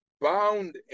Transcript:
Bound